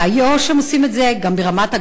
באיו"ש הם עושים את זה, גם ברמת-הגולן.